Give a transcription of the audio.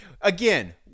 Again